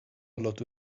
lotu